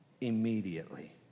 Immediately